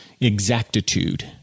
exactitude